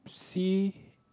sea